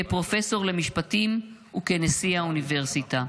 כפרופסור למשפטים וכנשיא האוניברסיטה.